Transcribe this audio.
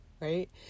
right